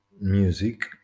music